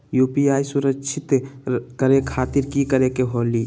UPI सुरक्षित करे खातिर कि करे के होलि?